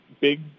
big